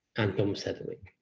and thomas heatherwick.